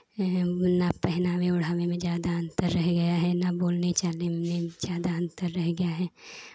हैं ना पहनावे ओढ़ावे में ज़्यादा अन्तर रह गया है ना बोलने चालने में ज़्यादा अन्तर रह गया है